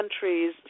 countries